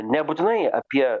nebūtinai apie